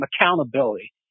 accountability